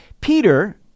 Peter